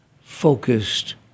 focused